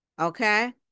Okay